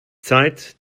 zeit